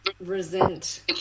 resent